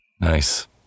Nice